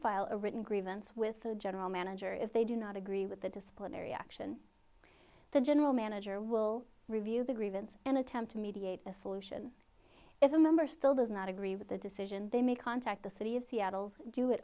file a written grievance with the general manager if they do not agree with the disciplinary action the general manager will review the grievance and attempt to mediate a solution if a member still does not agree with the decision they may contact the city of seattle's do it